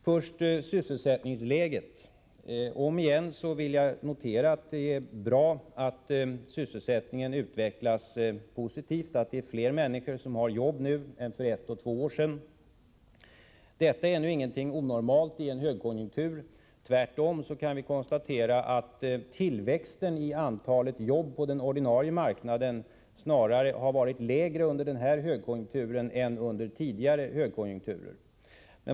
Först sysselsättningsläget: Omigen vill jag notera att det är bra att sysselsättningen utvecklas positivt, att det är fler människor som har jobb i dag än för ett och två år sedan. Detta är nu ingenting onormalt i en högkonjunktur. Tvärtom kan vi konstatera att tillväxten av antalet jobb på den ordinarie arbetsmarknaden snarare har varit lägre under denna högkonjunktur än under tidigare högkonjunkturer.